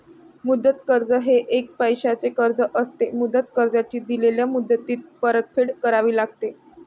मुदत कर्ज हे एक पैशाचे कर्ज असते, मुदत कर्जाची दिलेल्या मुदतीत परतफेड करावी लागते